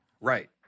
Right